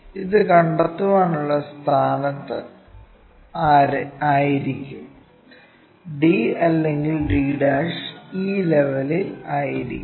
ഇത് കണ്ടെത്താനുള്ള സ്ഥാനത്ത് ആയിരിക്കും d അല്ലെങ്കിൽ d' ഈ ലെവലിൽ ആയിരിക്കും